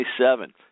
27